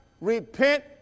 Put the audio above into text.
Repent